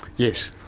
yes.